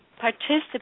participate